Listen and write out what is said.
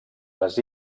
les